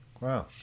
Wow